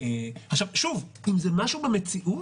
שוב, זה משהו במציאות,